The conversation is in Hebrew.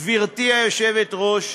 גברתי היושבת-ראש,